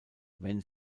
wenn